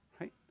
Right